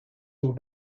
were